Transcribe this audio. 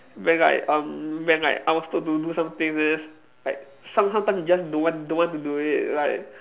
when like um when like I was told to do some things like some~ sometimes you just don't want don't want to do it like